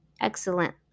excellent